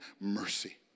mercy